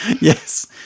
Yes